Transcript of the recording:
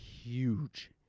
huge